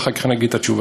ואחר כך נגיד את התשובה.